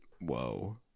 whoa